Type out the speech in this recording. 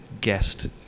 guest